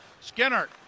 Skinner